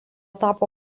tapo